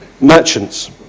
merchants